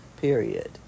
period